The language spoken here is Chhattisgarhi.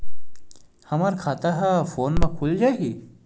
हमर खाता ह फोन मा खुल जाही?